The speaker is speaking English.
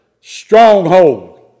stronghold